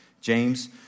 James